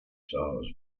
style